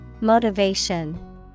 Motivation